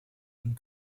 een